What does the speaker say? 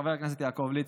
וחבר הכנסת יעקב ליצמן,